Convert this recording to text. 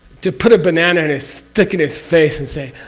to put a banana and a stick in his face and say,